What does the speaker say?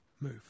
move